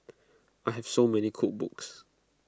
I have so many cookbooks